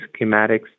schematics